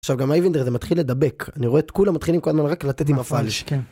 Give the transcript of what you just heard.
עכשיו גם הייבנדר זה מתחיל לדבק, אני רואה את כולם מתחילים כל הזמן רק לתת עם הפלג'